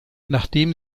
nachdem